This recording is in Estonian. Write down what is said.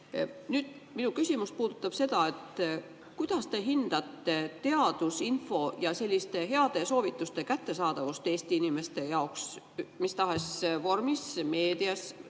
Minu küsimus puudutab seda, kuidas te hindate teadusinfo, heade soovituste kättesaadavust Eesti inimeste jaoks mis tahes vormis – meedias